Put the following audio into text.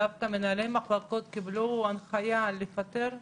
דווקא מנהלי מחלקות קיבלו הנחיה לפטר רופאים.